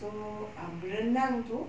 so um berenang itu